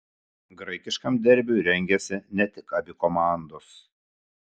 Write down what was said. graikiškam derbiui rengiasi ne tik abi komandos